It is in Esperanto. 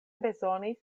bezonis